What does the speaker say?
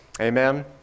Amen